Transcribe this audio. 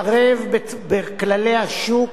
בכללי השוק